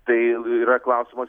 tai yra klausimas